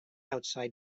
outside